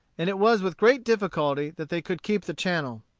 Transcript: and it was with great difficulty that they could keep the channel.